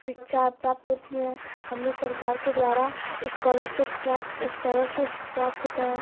शिक्षा प्राप्त होती हैं हमें सरकार के द्वारा इस्कॉलरसिप प्राप्त इस्कॉलरसिप प्राप्त होता है